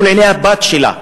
מול עיני הבת שלה,